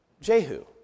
Jehu